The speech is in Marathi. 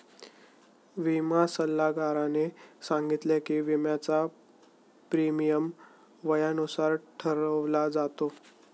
विमा सल्लागाराने सांगितले की, विम्याचा प्रीमियम वयानुसार ठरवला जातो